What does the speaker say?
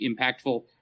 impactful